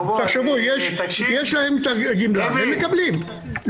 יש להם גמלה והם מקבלים.